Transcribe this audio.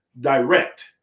direct